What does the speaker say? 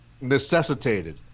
necessitated